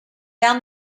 down